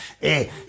Hey